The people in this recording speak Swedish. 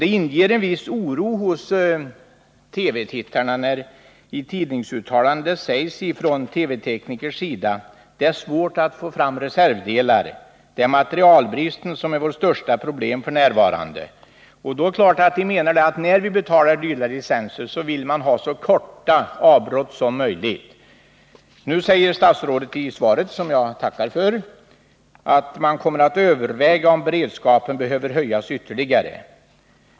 Det inger en viss oro hos TV-tittarna när TV-tekniker i tidningsuttalanden säger: Det är svårt att få fram reservdelar och att det är materialbristen som är deras största problem f. n. Det är klart att människor, när de betalar dyra licenser, vill ha så korta avbrott som möjligt. Nu säger statsrådet i svaret, som jag tackar för, att man kommer att överväga om beredskapen behöver höjas ytterligare.